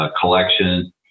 collection